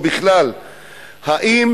או בכלל,